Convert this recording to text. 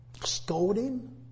scolding